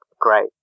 great